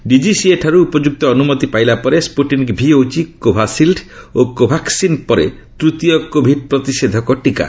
DGCA ଠାରୁ ଉପଯୁକ୍ତ ଅନୁମତି ପାଇଲା ପରେ ସ୍କୁଟିନିକ୍ ଭି ହେଉଛି କୋଭିସିଲ୍ ଓ କୋଭାକସିନ୍ ପରେ ତୃତୀୟ କୋଭିଡ୍ ପ୍ରତିଶେଷଧକ ଟିକା